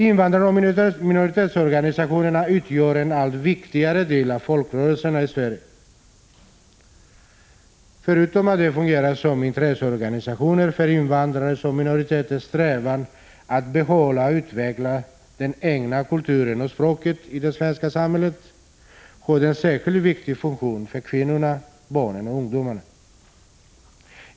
Invandraroch minoritetsorganisationerna utgör en allt viktigare del av folkrörelserna i Sverige. Förutom att de fungerar som intresseorganisationer för invandrares och minoriteters strävan att behålla och utveckla den egna kulturen och språket i det svenska samhället har de en särskilt viktig funktion för kvinnorna, barnen och ungdomarna.